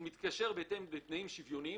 הוא מתקשר בהתאם לתנאים שוויוניים,